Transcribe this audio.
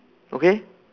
okay